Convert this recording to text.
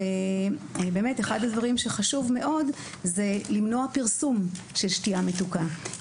אחד הדברים החשובים מאוד הוא למנוע פרסום של שתייה מתוקה,